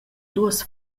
duas